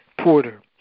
Porter